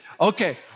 Okay